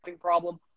Problem